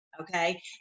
Okay